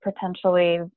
potentially